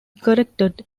corrected